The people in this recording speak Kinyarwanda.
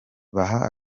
baha